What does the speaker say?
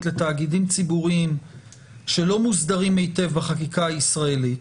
לתאגידים ציבוריים שלא מוסדרים היטב בחקיקה הישראלית.